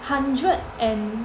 hundred and